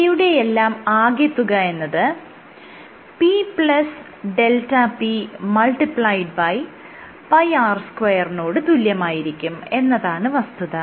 ഇവയുടെയെല്ലാം ആകെതുക എന്നത് pδp×πr2 നോട് തുല്യമായിരിക്കും എന്നതാണ് വസ്തുത